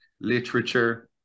literature